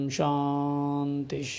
Shanti